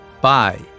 bye